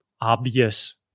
obvious